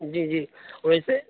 جی جی ویسے